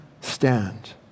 stand